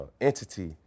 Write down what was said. entity